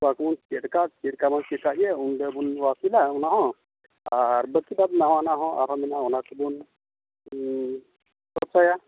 ᱚᱱᱟ ᱠᱚᱵᱚᱱ ᱪᱮᱜ ᱠᱟᱜᱼᱟ ᱪᱮᱜ ᱠᱟᱜ ᱜᱮᱭᱟ ᱚᱸᱰᱮ ᱵᱚᱱ ᱚᱱᱟᱦᱚᱸ ᱟᱨ ᱵᱟᱠᱤ ᱵᱟᱫᱽᱢᱟ ᱚᱱᱟ ᱟᱨᱦᱚᱸ ᱢᱮᱱᱟᱜᱼᱟ ᱚᱱᱟ ᱠᱚ ᱵᱚᱱ ᱪᱮᱥᱴᱟᱭᱟ